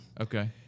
Okay